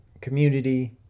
community